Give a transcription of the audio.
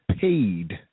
paid